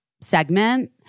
segment